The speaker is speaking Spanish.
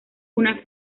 una